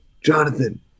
Jonathan